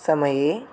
समये